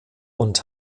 und